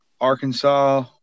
Arkansas